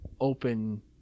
open